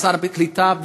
משרד העלייה והקליטה,